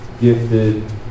gifted